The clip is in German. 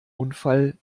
unfall